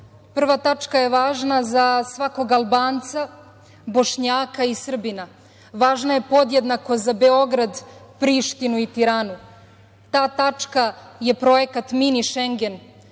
tačka je važna za svakog Albanca, Bošnjaka i Srbina. Važna je podjednako za Beograd, Prištinu i Tiranu. Ta tačka je projekat „Mini šengen“